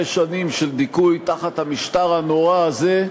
שנים של דיכוי תחת המשטר הנורא הזה,